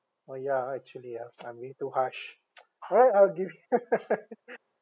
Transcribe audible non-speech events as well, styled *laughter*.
orh ya actually ya I'm being too harsh *noise* alright I'll give *laughs*